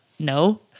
no